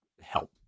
help